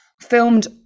filmed